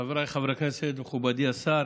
חבריי חברי הכנסת, מכובדי השר,